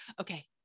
Okay